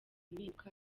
mpinduka